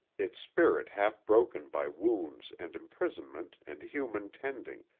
its spirit half-broken by wounds and imprisonment and human tending,